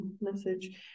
message